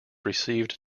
received